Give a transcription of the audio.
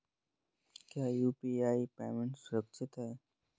क्या UPI payment सुरक्षित है?